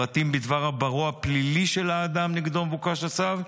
פרטים בדבר עברו הפלילי של האדם שנגדו מבוקש הצו,